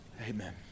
Amen